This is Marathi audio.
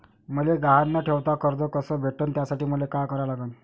मले गहान न ठेवता कर्ज कस भेटन त्यासाठी मले का करा लागन?